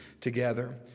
together